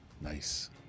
nice